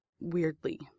weirdly